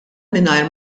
mingħajr